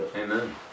amen